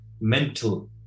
mental